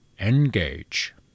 Engage